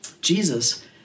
Jesus